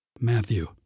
Matthew